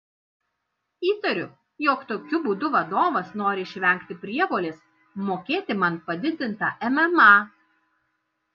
įtariu jog tokiu būdu vadovas nori išvengti prievolės mokėti man padidintą mma